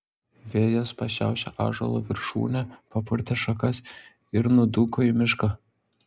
vėjas pašiaušė ąžuolo viršūnę papurtė šakas ir nudūko į mišką